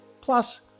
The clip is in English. plus